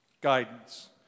Guidance